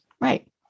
Right